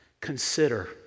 consider